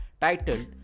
titled